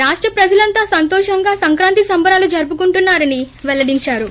రాష్ట ప్రజలంతా సంతోషంగా సంక్రాంతి సంబరాలు జరుపుకుంటున్నా రని పెల్లడించారు